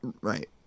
Right